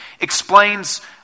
explains